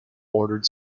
ordered